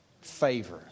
Favor